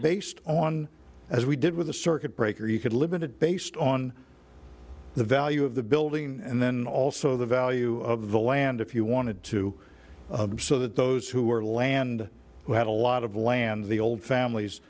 based on as we did with the circuit breaker you could limit it based on the value of the building and then also the value of the land if you wanted to so that those who are land who had a lot of land the old families